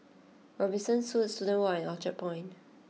Robinson Suites Student Walk and Orchard Point